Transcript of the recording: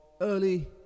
early